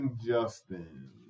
Justin